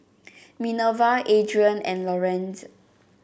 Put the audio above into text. Minerva Adrien and Lorenz